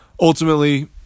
Ultimately